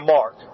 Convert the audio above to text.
Mark